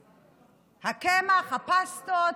הקמח, הפסטות,